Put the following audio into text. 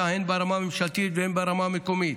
הן ברמה הממשלתית והן ברמה המקומית.